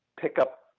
pickup